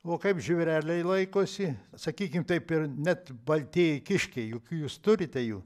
o kaip žvėreliai laikosi sakykim taip ir net baltieji kiškiai juk jūs turite jų